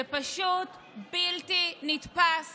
זה פשוט בלתי נתפס